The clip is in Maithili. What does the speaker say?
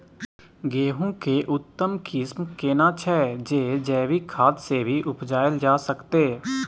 गेहूं के उत्तम किस्म केना छैय जे जैविक खाद से भी उपजायल जा सकते?